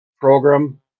program